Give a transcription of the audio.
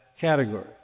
category